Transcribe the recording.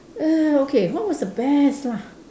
err okay so what was the best lah